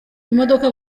imodoka